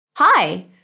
Hi